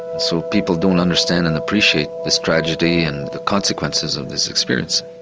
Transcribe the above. so people don't understand and appreciate this tragedy and the consequences of this experience.